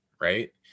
right